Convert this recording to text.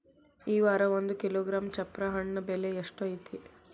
ಈ ವಾರ ಒಂದು ಕಿಲೋಗ್ರಾಂ ಚಪ್ರ ಹಣ್ಣ ಬೆಲೆ ಎಷ್ಟು ಐತಿ?